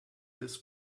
this